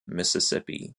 mississippi